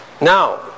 Now